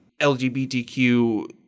LGBTQ